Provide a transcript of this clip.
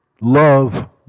Love